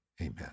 amen